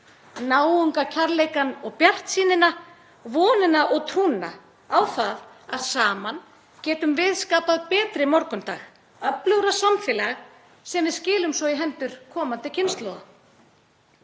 náungakærleikann og bjartsýnina, vonina og trúna á það að saman getum við skapað betri morgundag, öflugra samfélag sem við skilum svo í hendur komandi kynslóða.